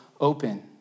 open